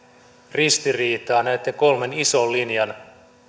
ristiriitaa näitten kolmen ison linjan